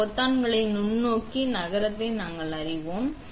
இந்த பொத்தான்கள் நுண்ணோக்கி நகரத்தை நாங்கள் அறிவோம்